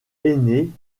énée